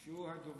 כי הוא הדובר